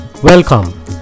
Welcome